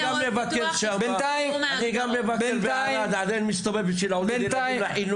גם אני מבקר שם ומסתובב במקומות האלה.